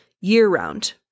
Year-round